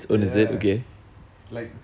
ya like